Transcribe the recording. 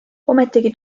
ometigi